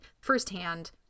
firsthand